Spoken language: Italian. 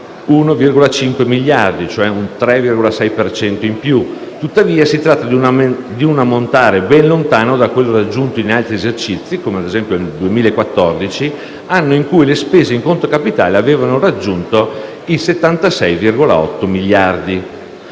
1,5 miliardi (3,6 per cento). Tuttavia, si tratta di un ammontare ben lontano da quello raggiunto in altri esercizi, come ad esempio nel 2014, anno in cui le spese in conto capitale avevano raggiunto i 76,8 miliardi.